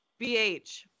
BH